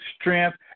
strength